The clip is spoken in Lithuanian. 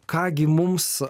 ką gi mums